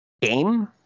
game